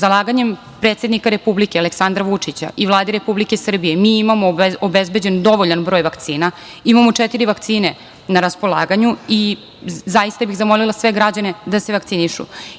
zalaganjem predsednika Republike Aleksandra Vučića, i Vlade Republike Srbije, mi imamo obezbeđen dovoljan broj vakcina, imamo četiri vakcine, na raspolaganju i zaista bih zamolila sve građane da se vakcinišu,